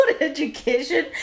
education